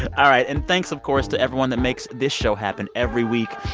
all right. and thanks, of course, to everyone that makes this show happen every week.